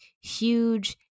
huge